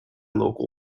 local